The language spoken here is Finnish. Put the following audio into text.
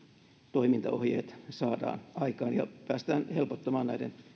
toimintaohjeet saadaan aikaan ja päästään helpottamaan